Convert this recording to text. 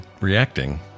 reacting